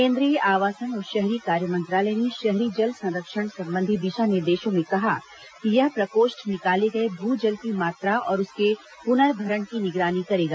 केन्द्रीय आवासन और शहरी कार्य मंत्रालय ने शहरी जल संरक्षण संबंधी दिशा निर्देशों में कहा कि यह प्रकोष्ठ निकाले गए भू जल की मात्रा और उसके पुनर्भरण की निगरानी करेगा